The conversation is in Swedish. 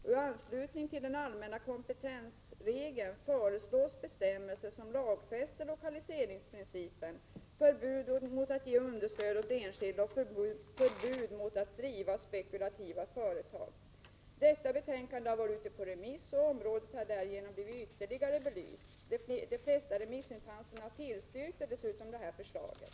I anslutning till den allmänna kompetensregeln föreslås bestämmelser som lagfäster lokaliseringsprincipen, förbudet mot att ge understöd åt enskild och förbudet mot att driva spekulativa företag. Detta betänkande har varit ute på remiss, och området har därigenom ytterligare blivit belyst. De flesta remissinstanserna tillstyrkte dessutom förslaget.